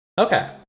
Okay